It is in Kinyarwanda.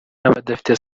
n’abadafite